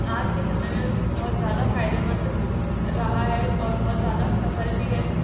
आज के समय में बहुत ज़्यादा फ़ायदेमंद रहा है और बहुत ज़्यादा सफल भी है जिस